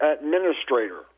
administrator